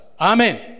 amen